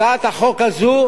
הצעת החוק הזאת